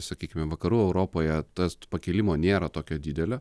sakykime vakarų europoje tas pakilimo nėra tokio didelio